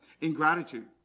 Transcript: Ingratitude